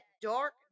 dark